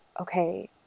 okay